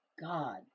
God